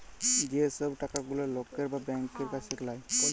যে সব টাকা গুলা লকের বা ব্যাংকের কাছ থাক্যে লায়